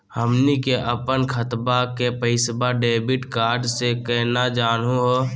हमनी के अपन खतवा के पैसवा डेबिट कार्ड से केना जानहु हो?